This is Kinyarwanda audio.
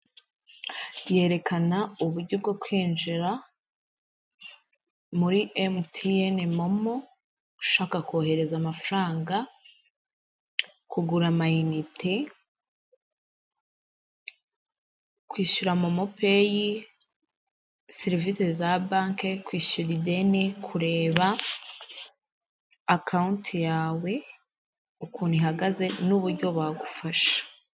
Yerekana uburyo bwo kwinjira' muri emutiyene momo ushaka kohereza amafaranga, kugura amayinite, kwishyura mo mopeyi, serivisi za banki kwishyura ideni kureba akawunti yawe ukuntu ihagaze n'uburyo bagufasha.